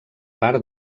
part